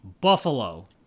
Buffalo